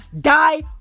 die